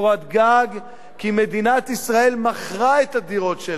גג כי מדינת ישראל מכרה את הדירות שלה,